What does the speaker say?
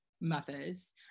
mothers